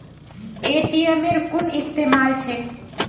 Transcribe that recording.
पेटीएमेर कुन इस्तमाल छेक